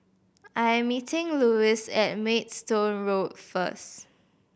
I'm meeting Luis at Maidstone Road first